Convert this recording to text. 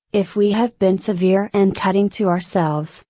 if we have been severe and cutting to ourselves,